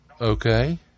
Okay